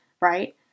right